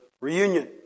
reunion